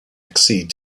accede